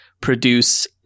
produce